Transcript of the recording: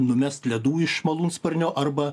numest ledų iš malūnsparnio arba